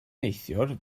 neithiwr